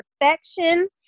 perfection